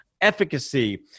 efficacy